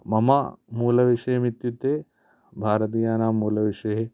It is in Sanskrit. मम मूलविषयम् इत्युक्ते भारतीयानां मूलविषये